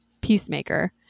peacemaker